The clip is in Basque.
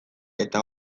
eta